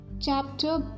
chapter